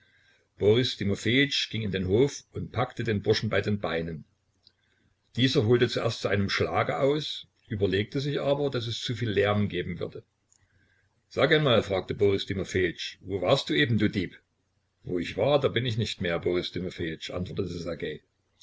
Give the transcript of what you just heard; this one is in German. boris timofejitsch ging in den hof und packte den burschen bei den beinen dieser holte zuerst zu einem schlage aus überlegte sich aber daß es zu viel lärm geben würde sag einmal fragte boris timofejitsch wo warst du eben du dieb wo ich war da bin ich nicht mehr boris timofejitsch antwortete